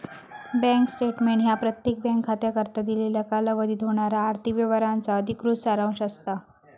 bank statement ह्या प्रत्येक bank खात्याकरता दिलेल्या कालावधीत होणारा आर्थिक व्यवहारांचा अधिकृत सारांश असता